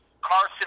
Carson